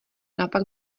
naopak